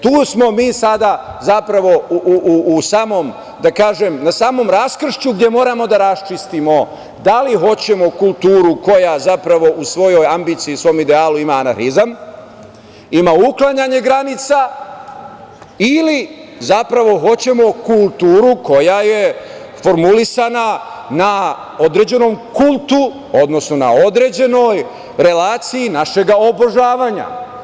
Tu smo mi sada na samom raskršću gde moramo da raščistimo da li hoćemo kulturu koja zapravo u svojoj ambiciji, u svom idealu ima anarhizam, ima uklanjanje granica ili zapravo hoćemo kulturu koja je formulisana na određenom kultu, odnosno na određenoj relaciji našeg obožavanja.